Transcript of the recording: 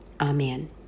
Amen